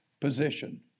position